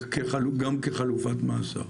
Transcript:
גם כחלופת מאסר.